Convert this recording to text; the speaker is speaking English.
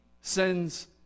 sends